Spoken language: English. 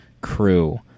crew